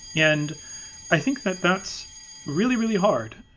and i think that that's really really hard.